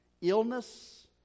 illness